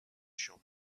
shall